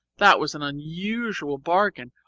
that was an unusual bargain,